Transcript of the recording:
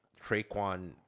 Traquan